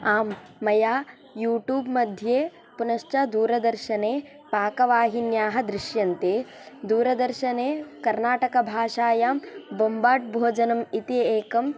आम् मया यूटूब् मध्ये पुनश्च दूरदर्शने पाकवाहिन्याः दृश्यन्ते दूरदर्शने कर्नाटकभाषायां बोम्बाट् भोजनम् इति एकं